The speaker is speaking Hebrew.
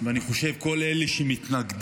ואני חושב שכל אלה שמתנגדים,